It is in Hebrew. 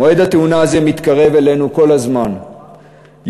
מועד התאונה הזה מתקרב אלינו כל הזמן יום-יום,